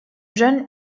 jeune